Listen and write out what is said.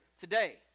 today